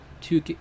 two